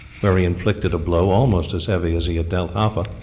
where he inflicted a blow, almost as heavy as he had dealt haffa,